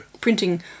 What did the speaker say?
Printing